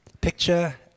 Picture